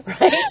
right